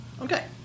Okay